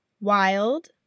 wild